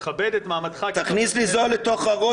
תכבד את מעמדך --- תכניס ליזול לתוך הראש